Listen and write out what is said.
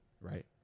right